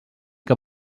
que